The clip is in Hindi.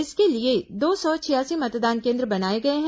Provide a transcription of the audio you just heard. इसके लिए दो सौ छियासी मतदान केन्द्र बनाए गए हैं